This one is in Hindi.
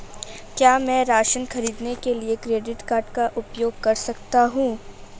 क्या मैं राशन खरीदने के लिए क्रेडिट कार्ड का उपयोग कर सकता हूँ?